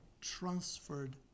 transferred